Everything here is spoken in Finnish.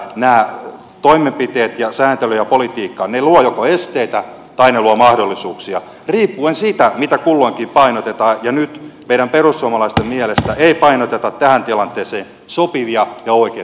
nämä toimenpiteet ja sääntely ja politiikka ne luovat joko esteitä tai ne luovat mahdollisuuksia riippuen siitä mitä kulloinkin painotetaan ja nyt meidän perussuomalaisten mielestä ei painoteta tähän tilanteeseen sopivia ja oikeita asioita